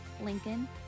Lincoln